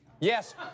Yes